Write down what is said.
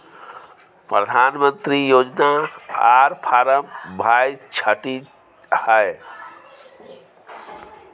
प्रधानमंत्री योजना आर फारम भाई छठी है?